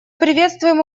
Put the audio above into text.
приветствуем